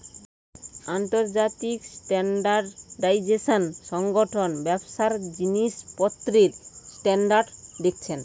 আন্তর্জাতিক স্ট্যান্ডার্ডাইজেশন সংগঠন ব্যবসার জিনিসপত্রের স্ট্যান্ডার্ড দেখছে